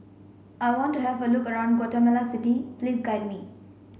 I want to have a look around Guatemala City please guide me